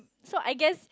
so I guess